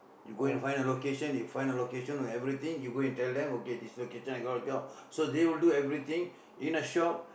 you go and find a location you find a location or everything you go and tell them okay this location I got a job so they will do everything in the shop